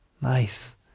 nice